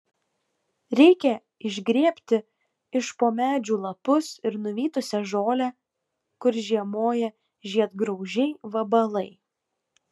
reikia išgrėbti iš po medžių lapus ir nuvytusią žolę kur žiemoja žiedgraužiai vabalai